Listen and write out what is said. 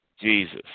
Jesus